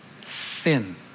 Sin